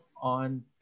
on